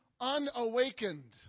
unawakened